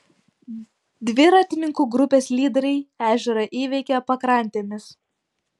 dviratininkų grupės lyderiai ežerą įveikė pakrantėmis